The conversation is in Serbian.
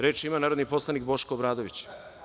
Reč ima narodni poslanik Boško Obradović.